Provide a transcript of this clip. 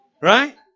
Right